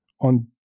on